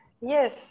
Yes